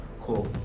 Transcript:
cool